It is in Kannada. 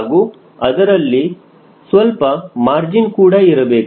ಹಾಗೂ ಅದರಲ್ಲಿ ಸ್ವಲ್ಪ ಮಾರ್ಜಿನ್ ಕೂಡ ಇರಬೇಕು